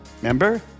remember